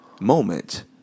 moment